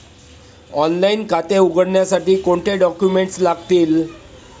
Online खाते उघडण्यासाठी कोणते डॉक्युमेंट्स लागतील?